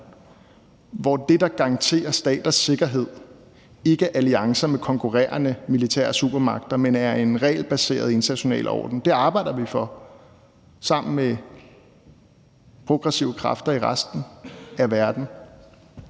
hvor det, der garanterer staters sikkerhed, ikke er alliancer med konkurrerende militære supermagter, men er en regelbaseret international orden. Det arbejder vi for sammen med progressive kræfter i resten af verden.